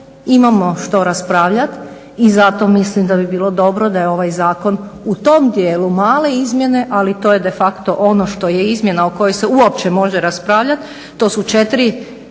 imamo što raspravljati i zato mislim da bi bilo dobro da je ovaj zakon u tom dijelu male izmjene ali to je de facto ono što je izmjena o kojoj se uopće može raspravljati,